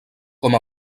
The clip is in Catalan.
com